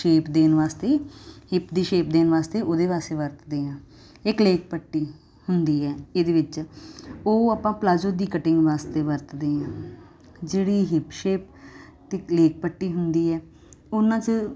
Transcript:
shape ਦੇਨ ਵਾਸਤੇ hip ਦੀ ਸ਼ੇਪ ਦੇਨ ਵਾਸਤੇ ਉਹਦੇ ਵਾਸਤੇ ਵਰਤਦੇ ਹਾਂ ਇੱਕ ਲੇਕ ਪੱਟੀ ਹੁੰਦੀ ਹੈ ਇਹਦੇ ਵਿੱਚ ਉਹ ਆਪਾਂ ਪਲਾਜ਼ੋ ਦੀ ਕਟਿੰਗ ਵਾਸਤੇ ਵਰਤਦੇ ਆਂ ਜਿਹੜੀ ਹਿਪ ਸ਼ੇਪ ਤੇ ਇੱਕ ਲੇਕ ਪੱਟੀ ਹੁੰਦੀ ਐ ਉਹਨਾਂ ਚ